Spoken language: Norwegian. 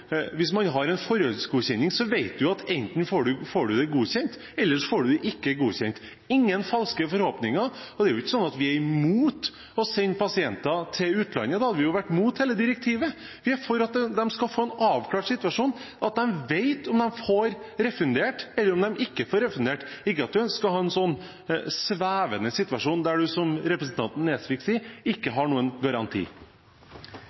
Hvis man har en forhåndsgodkjenning, vet man at enten får man det godkjent, eller man får det ikke godkjent – ingen falske forhåpninger. Det er ikke sånn at vi er imot å sende pasienter til utlandet. Da hadde vi vært imot hele direktivet. Vi er for at de skal få en avklart situasjon, at de vet om de får refundert, eller om de ikke får refundert, ikke at man skal ha en svevende situasjon der man, som representanten Nesvik sier, ikke